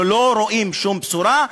אנחנו לא רואים שום בשורה,